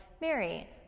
Mary